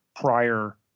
prior